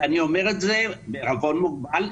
ואני אומר את זה בעירבון מוגבל,